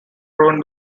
proven